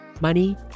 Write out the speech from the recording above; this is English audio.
money